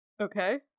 Okay